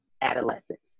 adolescents